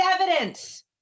evidence